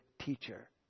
teacher